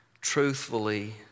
truthfully